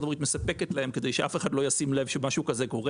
הברית מספקת להם כדי שאף אחד לא ישים לב שמשהו כזה קורה,